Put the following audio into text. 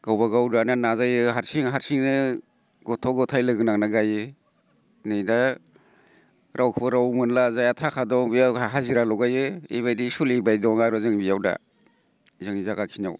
गावबागाव गायनो नाजायो हारसिं हारसिंयै गथ' गथाय लोगो नांनानै गायो नै दा रावखौबो राव मोनला जायहा थाखा दं बेहा हाजिरा लागायो बेबायदि सोलिबाय दं आरो जों बेयाव दा जोंनि जायगाखिनियाव